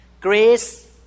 Grace